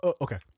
okay